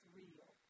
real